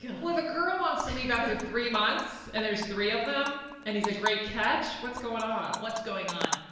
god. well if a girl wants to leave after three months, and there's three of them, and he's a great catch, what's going on? what's going on?